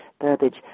Burbage